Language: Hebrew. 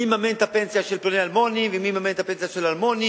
מי יממן את הפנסיה של פלוני ומי יממן את הפנסיה של אלמוני